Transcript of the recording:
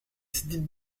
dites